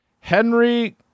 Henry